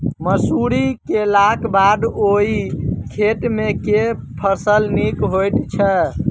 मसूरी केलाक बाद ओई खेत मे केँ फसल नीक होइत छै?